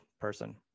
person